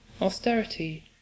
austerity